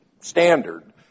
standard